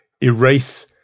erase